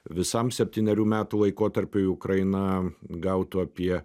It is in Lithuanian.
visam septynerių metų laikotarpiui ukraina gautų apie